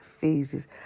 Phases